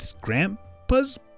grandpa's